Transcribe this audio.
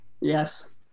yes